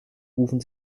rufen